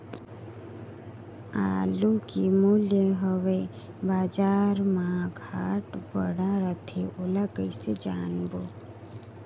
आलू के मूल्य हवे बजार मा घाट बढ़ा रथे ओला कइसे जानबो?